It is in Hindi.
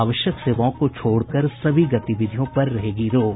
आवश्यक सेवाओं को छोड़कर सभी गतिविधियों पर रहेगी रोक